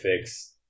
fix